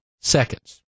seconds